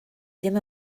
ddim